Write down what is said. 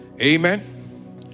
Amen